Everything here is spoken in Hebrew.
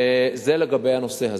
זה לגבי הנושא הזה.